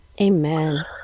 amen